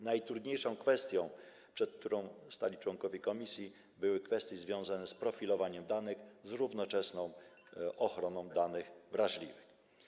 Najtrudniejszymi kwestiami, przed którymi stali członkowie komisji, były kwestie związane z profilowaniem danych z równoczesną ochroną danych wrażliwych.